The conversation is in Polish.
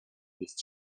jest